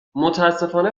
متاسفانه